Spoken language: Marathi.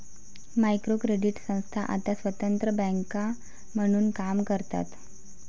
मायक्रो क्रेडिट संस्था आता स्वतंत्र बँका म्हणून काम करतात